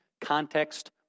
Context